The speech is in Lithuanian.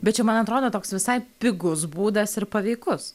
bet čia man atrodo toks visai pigus būdas ir paveikus